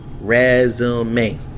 Resume